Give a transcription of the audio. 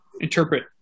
interpret